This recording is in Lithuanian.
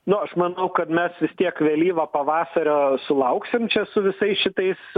nu aš manau kad mes vis tiek vėlyvo pavasario sulauksim čia su visais šitais